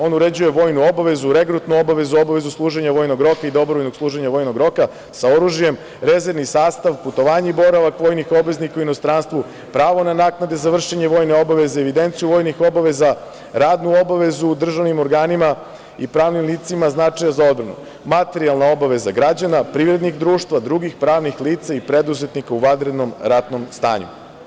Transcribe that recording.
On uređuje vojnu obavezu, regrutnu obavezu, obavezu služenja vojnog roka i dobrovoljnog služenja vojnog roka sa oružjem, rezervni sastav, putovanje i boravak vojnih obaveznika u inostranstvu, pravo na naknade za vršenje vojne obaveze, evidenciju vojnih obaveza, radnu obavezu u državnim organima i pravnim licima od značaja za odbranu, materijalna obaveza građana, privrednih društava, drugih pravnih lica i preduzetnika u vanrednom ratnom stanju.